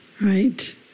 right